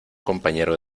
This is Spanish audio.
compañero